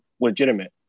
legitimate